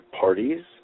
parties